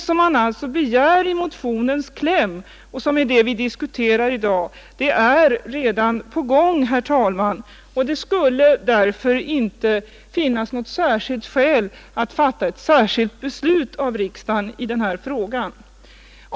Vad man begär i motionens kläm och vad vi diskuterar i dag, det är alltså redan på gång, herr talman, och det finns därför inte något skäl för riksdagen att fatta ett särskilt beslut i den här frågan.